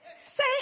say